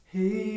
Hey